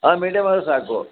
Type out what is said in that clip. ಹಾಂ ಮೀಡಿಯಮ್ ಆದರೆ ಸಾಕು